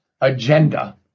agenda